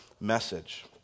message